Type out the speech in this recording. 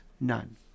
None